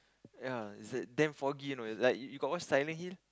ya is like damn foggy you know like you you got watch Silent Hill